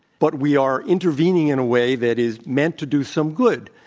but we are intervening in a way that is meant to do some good,